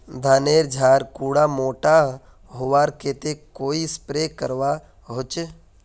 धानेर झार कुंडा मोटा होबार केते कोई स्प्रे करवा होचए?